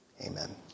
amen